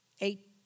eight